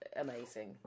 amazing